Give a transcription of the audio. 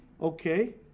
Okay